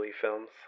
films